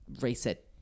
reset